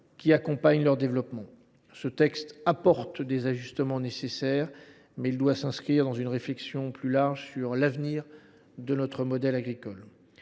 pour accompagner leur développement. Ce texte apporte des ajustements nécessaires, mais il doit s’inscrire dans une réflexion plus large sur l’avenir de notre modèle agricole.